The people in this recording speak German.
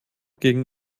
gegen